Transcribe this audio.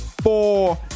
four